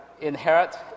inherit